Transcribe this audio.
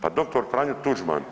Pa dr. Franjo Tuđman…